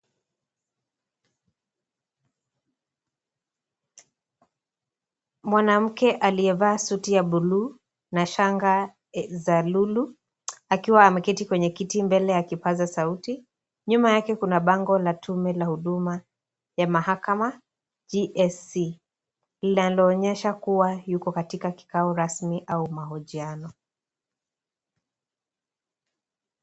Mwanamke aliyevaa suti ya[cs blue na shanga za lulu ,akiwa ameketi kwenye kitu mbele ya kipasa Sauti, nyuma yake kuna bango la time ya huduma ya mahakama, JSC.Linalonyesha kuwa yuko katika kikao rasmi au mahojiano.